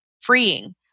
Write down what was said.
freeing